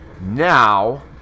now